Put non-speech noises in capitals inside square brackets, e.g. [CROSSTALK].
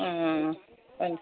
ம்ம்ம் [UNINTELLIGIBLE]